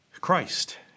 Christ